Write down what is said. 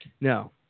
No